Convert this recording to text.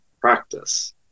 practice